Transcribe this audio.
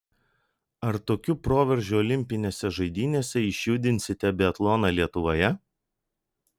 ar tokiu proveržiu olimpinėse žaidynėse išjudinsite biatloną lietuvoje